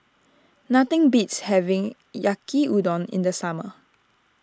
nothing beats having Yaki Udon in the summer